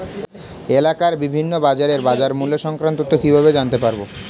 এলাকার বিভিন্ন বাজারের বাজারমূল্য সংক্রান্ত তথ্য কিভাবে জানতে পারব?